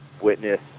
witness